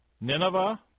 Nineveh